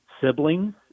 siblings